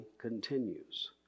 continues